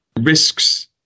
Risks